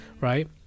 right